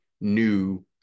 new